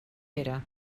era